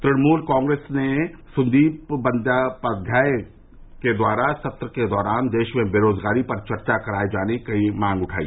तृणमूल कांग्रेस के नेता सुदीप बंदोपाध्याय ने सत्र के दौरान देश में देरोजगारी पर चर्चा कराए जाने की मांग की